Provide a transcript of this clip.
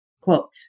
Quote